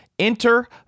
Enter